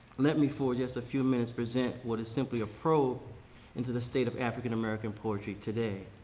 let me for just a few minutes present what is simply a probe into the state of african american poetry today.